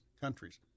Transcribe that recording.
countries